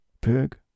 Pig